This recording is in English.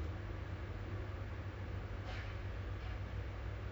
wait what console are you using P_S four or